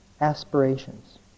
aspirations